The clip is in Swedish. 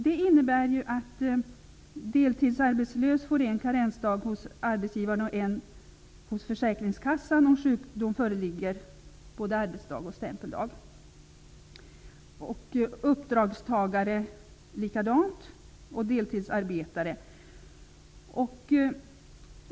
Det innebär att den som är deltidsarbetslös får en karensdag hos arbetsgivaren och en hos försäkringskassan om sjukdom föreligger både arbetsdag och stämpeldag. För uppdragstagare och deltidsarbetare är det likadant.